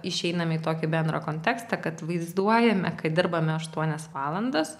išeiname į tokį bendrą kontekstą kad vaizduojame kad dirbame aštuonias valandas